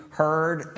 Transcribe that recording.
heard